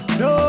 no